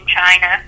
China